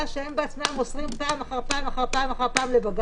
שהם בעצמם מוסרים פעם אחר פעם אחר פעם לבג"ץ,